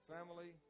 Family